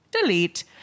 Delete